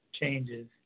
changes